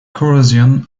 corrosion